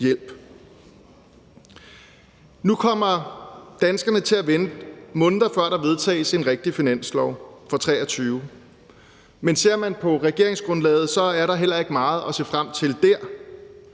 Nu kommer danskerne til at vente måneder, før der vedtages en rigtig finanslov for 2023, men ser man på regeringsgrundlaget, er der heller ikke meget at se frem til der.